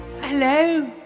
Hello